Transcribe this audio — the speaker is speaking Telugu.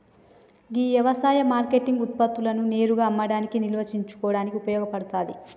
గీ యవసాయ మార్కేటింగ్ ఉత్పత్తులను నేరుగా అమ్మడానికి నిల్వ ఉంచుకోడానికి ఉపయోగ పడతాది